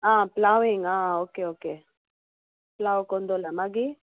आ playing आ okay okay play कोन